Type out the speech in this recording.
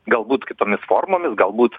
galbūt kitomis formomis galbūt